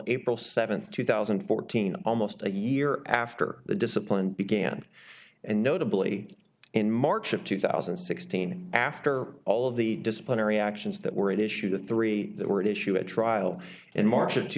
april seventh two thousand and fourteen almost a year after the discipline began and notably in march of two thousand and sixteen after all of the disciplinary actions that were at issue the three that were at issue at trial in march of two